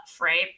right